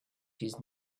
his